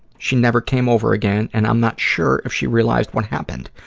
she never came over again, and i'm not sure if she realized what happened.